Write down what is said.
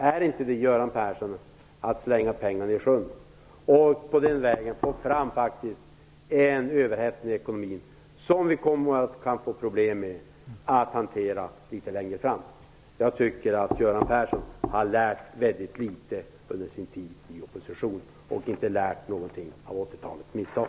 Är det inte, Göran Persson, att slänga pengarna i sjön? På det sättet får man en överhettning i ekonomin som vi kommer att få problem med att hantera litet längre fram. Jag tycker att Göran Persson har lärt väldigt litet under sin tid i opposition och inte lärt någonting av 80-talets misstag.